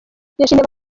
yashimiye